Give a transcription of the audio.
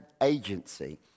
agency